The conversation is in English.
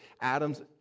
Adam's